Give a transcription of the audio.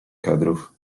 kadrów